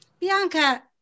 Bianca